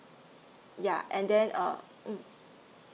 yeah and then uh mm